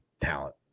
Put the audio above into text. talent